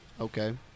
Okay